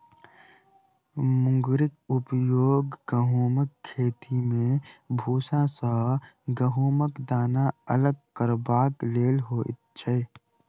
मुंगरीक उपयोग गहुमक खेती मे भूसा सॅ गहुमक दाना अलग करबाक लेल होइत छै